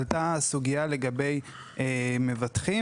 עלתה סוגייה לגבי מבטחים,